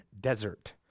desert